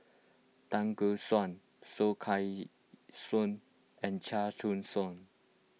Tan Gek Suan Soh Kay Siang and Chia Choo Suan